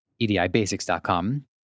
edibasics.com